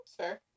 Sure